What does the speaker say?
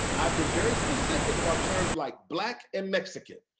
i've been very specific about terms like black and mexican.